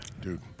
Dude